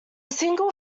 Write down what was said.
single